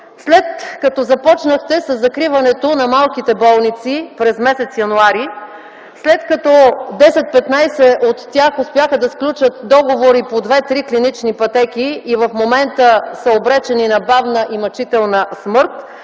След като започнахте със закриването на малките болници през м. януари, след като 10-15 от тях успяха да сключат договори по 2-3 клинични пътеки и в момента са обречени на бавна и мъчителна смърт,